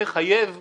מחייב את